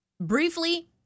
Briefly